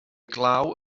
glaw